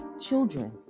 children